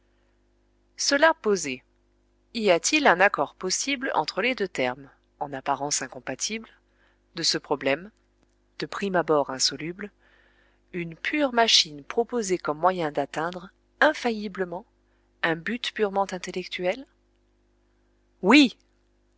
cela posé y a-t-il un accord possible entre les deux termes en apparence incompatibles de ce problème de prime abord insoluble une pure machine proposée comme moyen d'atteindre infailliblement un but purement intellectuel oui